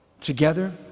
Together